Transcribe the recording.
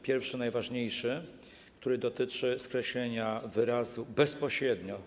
Pierwszy, najważniejszy, dotyczy skreślenia wyrazu ˝bezpośrednio˝